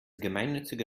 gemeinnützige